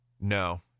No